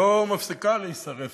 לא מפסיקה להישרף,